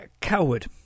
Coward